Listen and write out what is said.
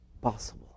possible